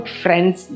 friends